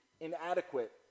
inadequate